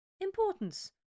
importance